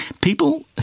People